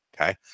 okay